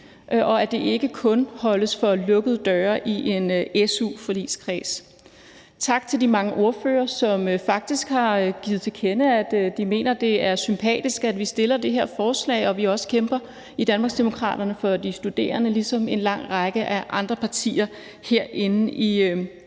og at det ikke kun holdes for lukkede døre i en su-forligskreds. Tak til de mange ordførere, som faktisk har tilkendegivet, at de mener, at det er sympatisk, at vi fremsætter det her forslag, og at vi også i Danmarksdemokraterne kæmper for de studerende, ligesom en lang række af andre partier herinde i